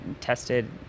tested